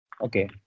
Okay